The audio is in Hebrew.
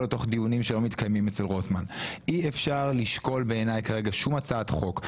לתוך דיונים שלא מתקיימים אצל רוטמן - שום הצעת חוק,